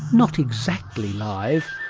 not exactly live,